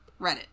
Reddit